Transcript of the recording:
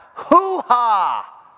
Hoo-ha